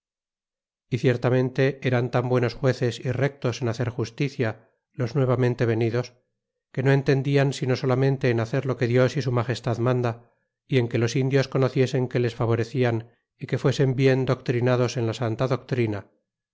y ciertamente eran tan buenos jueces y rectos en hacer justicia los nuevamente venidos que no entendian sino solamente en hacer lo que dios y su magestad manda y en que los indios conociesen que les favorecian y que fuesen bien doctrinados en la santa doctrina